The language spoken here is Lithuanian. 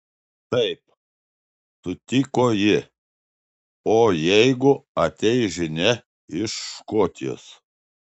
taip sutiko ji o jeigu ateis žinia iš škotijos